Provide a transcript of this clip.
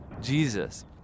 Jesus